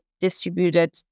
distributed